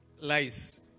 Lies